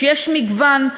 שיש מגוון.